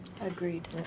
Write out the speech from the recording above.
agreed